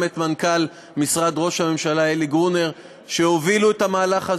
את מנכ"ל משרד ראש הממשלה אלי גרונר שהובילו את המהלך הזה,